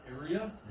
area